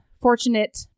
fortunate